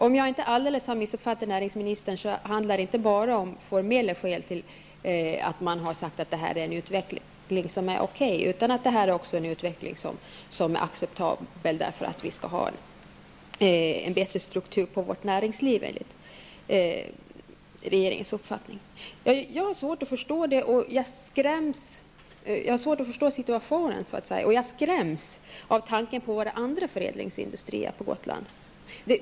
Om jag inte alldeles har missuppfattat näringsministern finns det inte bara formella skäl till att man har sagt att den här utvecklingen är okej, utan det här är en utveckling som är acceptabel också därför att vi enligt regeringens uppfattning skall ha en bättre struktur på vårt näringsliv. Jag har svårt att förstå att man gör så, och jag blir skrämd vid tanken på våra andra förädlingsindustrier på Gotland.